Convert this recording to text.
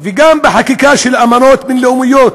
וגם באמנות בין-לאומיות,